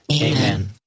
Amen